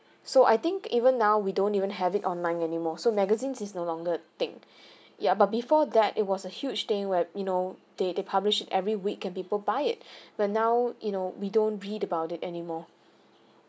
so I think even now we don't even have it online anymore so magazines is no longer a thing ya but before that it was a huge thing where you know they they publish every week can people buy it but now you know we don't read about it anymore